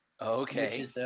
Okay